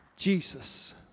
Jesus